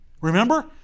Remember